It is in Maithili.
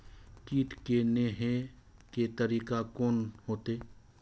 कीट के ने हे के तरीका कोन होते?